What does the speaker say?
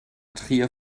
trier